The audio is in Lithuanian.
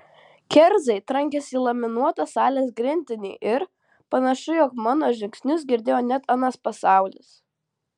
kerzai trankėsi į laminuotą salės grindinį ir panašu jog mano žingsnius girdėjo net anas pasaulis